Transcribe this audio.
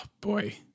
boy